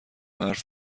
حرف